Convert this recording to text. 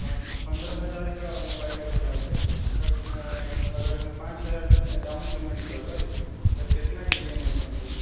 अगर पन्द्रह हजारके मोबाइल अगर रहतै अगर हम पाँच हजार डाउन पेमेन्ट करबै तऽ कितनाके इ एम आइ बनतै